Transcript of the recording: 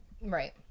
Right